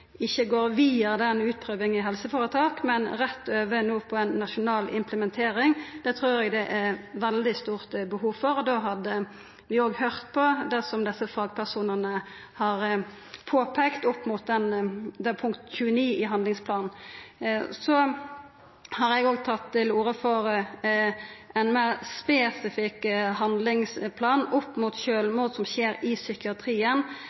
ikkje går via utprøving i helseføretak, men rett over på ei nasjonal implementering. Det trur eg det er veldig stort behov for. Då hadde vi òg høyrt på det fagpersonane har påpeikt opp mot punkt 29 i handlingsplanen. Så har eg òg tatt til orde for ein meir spesifikk handlingsplan opp mot sjølvmord som skjer i psykiatrien.